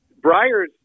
Breyer's